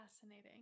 Fascinating